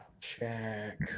Check